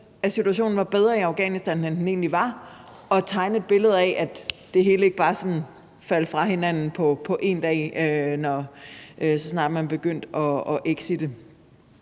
at situationen var bedre i Afghanistan, end den egentlig var, og tegne et billede af, at det hele ikke bare sådan faldt fra hinanden på én dag, så snart man begyndte sin exit.